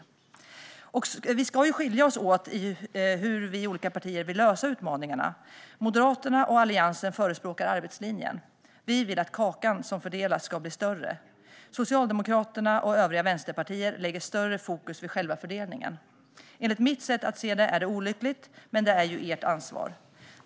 Vi ska ju i olika partier skilja oss åt när det gäller hur vi vill lösa utmaningarna. Moderaterna och Alliansen förespråkar arbetslinjen; vi vill att kakan som fördelas ska bli större. Socialdemokraterna och övriga vänsterpartier lägger större fokus vid själva fördelningen. Enligt mitt sätt att se det är det olyckligt, men det är ju ert ansvar.